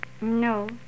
No